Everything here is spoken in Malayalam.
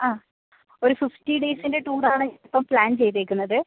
ആ ഒരു ഫിഫ്റ്റി ഡേയ്സിൻ്റെ ടൂറാണ് ഇപ്പം പ്ലാൻ ചെയ്തേക്കുന്നത്